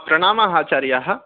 प्रणामः आचार्यः